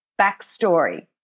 backstory